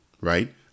right